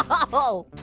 um oh,